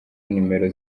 nomero